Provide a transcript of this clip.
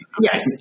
Yes